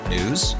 News